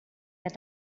that